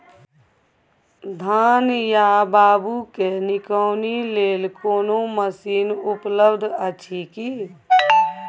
धान या बाबू के निकौनी लेल कोनो मसीन उपलब्ध अछि की?